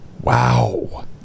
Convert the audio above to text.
Wow